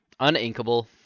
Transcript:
Uninkable